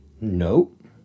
Nope